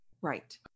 right